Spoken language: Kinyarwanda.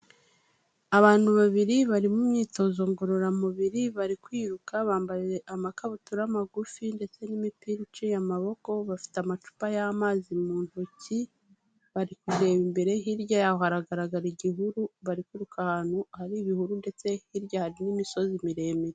Abantu babiri bari mu myitozo ngororamubiri, bari kwiruka bambaye amakabutura magufi ndetse n'imipira iciye amaboko bafite amacupa y'amazi mu ntoki, bari kureba imbere, hirya yaho hagaragara igihuru, bari kwiruka ahantu hari ibihuru ndetse hirya hari n'imisozi miremire.